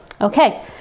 Okay